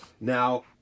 Now